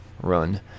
run